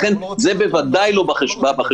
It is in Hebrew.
לכן, זה בוודאי לא בא בחשבון.